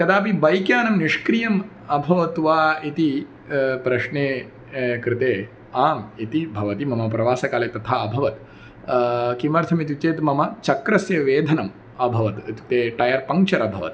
कदापि बैक्यानं निष्क्रियम् अभवत् वा इति प्रश्ने कृते आम् इति भवति मम प्रवासकाले तथा अभवत् किमर्थमिति चेत् मम चक्रस्य वेधनम् अभवत् इत्युक्ते टयर् पञ्चर् अभवत्